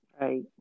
right